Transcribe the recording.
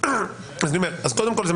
קודם כול,